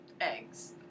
eggs